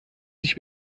sich